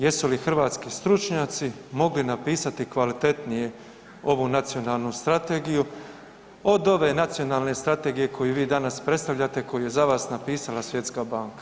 Jesu li hrvatski stručnjaci mogli napisati kvalitetnije ovu nacionalnu strategiju od ove nacionalne strategije koju vi danas predstavljate, koju je za vas napisala Svjetska banka?